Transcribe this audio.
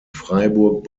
freiburg